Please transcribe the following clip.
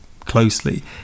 closely